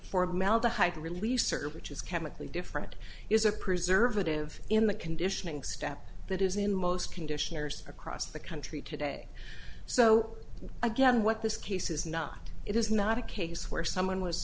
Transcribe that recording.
formaldehyde release certain which is chemically different is a preservative in the conditioning step that is in most conditioners across the country today so again what this case is not it is not a case where someone was